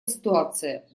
ситуация